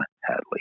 Hadley